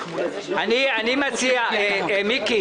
מיקי.